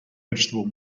vegetable